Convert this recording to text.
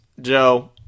Joe